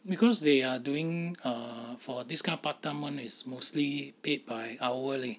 because they are doing err for this kind part time one is mostly paid by hour leh